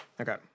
Okay